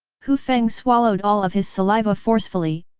hu feng swallowed all of his saliva forcefully,